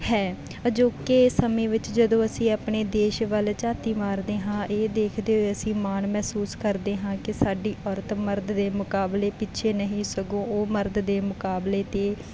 ਹੈ ਅਜੋਕੇ ਸਮੇਂ ਵਿੱਚ ਜਦੋਂ ਅਸੀਂ ਆਪਣੇ ਦੇਸ਼ ਵੱਲ ਝਾਤੀ ਮਾਰਦੇ ਹਾਂ ਇਹ ਦੇਖਦੇ ਹੋਏ ਅਸੀਂ ਮਾਣ ਮਹਿਸੂਸ ਕਰਦੇ ਹਾਂ ਕਿ ਸਾਡੀ ਔਰਤ ਮਰਦ ਦੇ ਮੁਕਾਬਲੇ ਪਿੱਛੇ ਨਹੀਂ ਸਗੋਂ ਉਹ ਮਰਦ ਦੇ ਮੁਕਾਬਲੇ ਅਤੇ